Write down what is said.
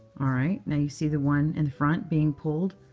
all right. now, you see the one in the front being pulled?